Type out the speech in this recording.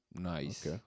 Nice